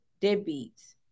deadbeats